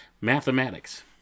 Mathematics